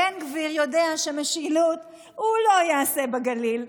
בן גביר יודע שמשילות הוא לא יעשה בגליל,